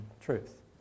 truth